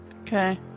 okay